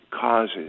causes